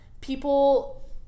People